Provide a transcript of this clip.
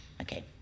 okay